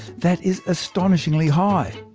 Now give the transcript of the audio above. that is astonishingly high.